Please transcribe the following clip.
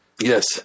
Yes